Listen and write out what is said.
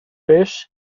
fish